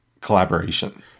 collaboration